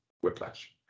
whiplash